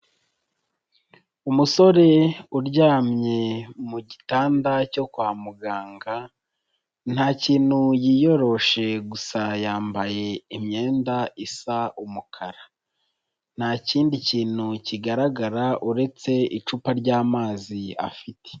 Umusore uryamye mu gitanda cyo kwa muganga, nta kintu yiyoroshe gusa yambaye imyenda isa umukara, nta kindi kintu kigaragara uretse icupa ry'amazi afite.